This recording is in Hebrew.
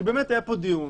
כי באמת היה פה דיון,